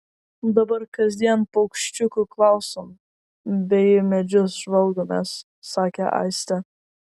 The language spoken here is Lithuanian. dabar kasdien paukščiukų klausom bei į medžius žvalgomės sakė aistė